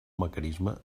mecanisme